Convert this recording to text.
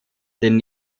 den